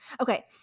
Okay